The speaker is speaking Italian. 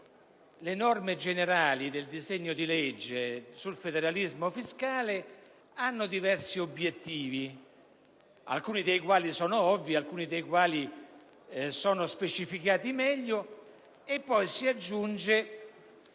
le norme generali del disegno di legge sul federalismo fiscale hanno diversi obiettivi, alcuni dei quali sono ovvii ed altri sono specificati meglio. Si è inoltre